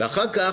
אחר כך,